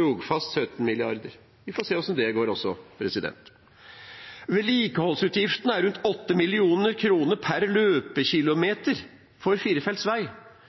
Rogfast, på 17 mrd. kr – vi får se hvordan det går. Vedlikeholdsutgiftene er rundt